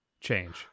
change